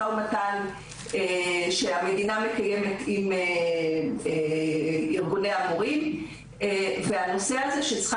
משא ומתן שהמדינה מקיימת מול ארגוני המורים והנושא הזה של השכר